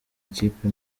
ikipe